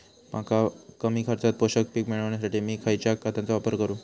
मका कमी खर्चात पोषक पीक मिळण्यासाठी मी खैयच्या खतांचो वापर करू?